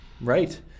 Right